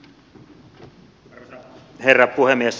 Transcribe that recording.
arvoisa herra puhemies